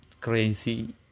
crazy